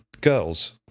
girls